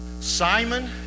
Simon